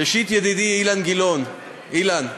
ראשית, ידידי, אילן גילאון, אילן,